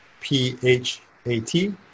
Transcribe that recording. P-H-A-T